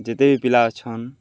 ଯେତେ ବି ପିଲା ଅଛନ୍